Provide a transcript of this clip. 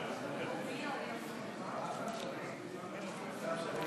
אדוני היושב-ראש, חברי הכנסת,